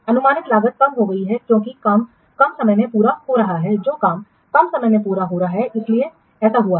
अनुमानित लागत कम हो गई है क्योंकि काम कम समय में पूरा हो रहा है जो काम कम समय में पूरा हो रहा है इसीलिए ऐसा हुआ है